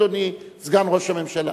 אדוני סגן ראש הממשלה.